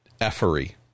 effery